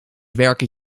werken